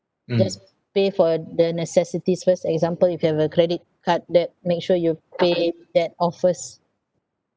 just pay for the necessities first example you have a credit card debt make sure you pay that off first